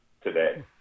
today